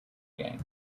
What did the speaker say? game